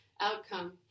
Outcome